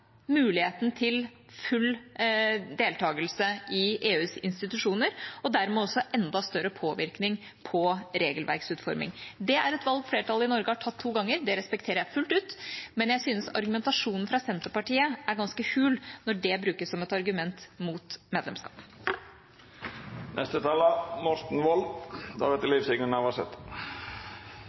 muligheten til full deltakelse i EUs institusjoner og dermed også enda større påvirkning på regelverksutforming. Det er et valg flertallet i Norge har tatt to ganger. Det respekterer jeg fullt ut, men jeg syns argumentasjonen fra Senterpartiet er ganske hul når det brukes som et argument mot